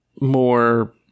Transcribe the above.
more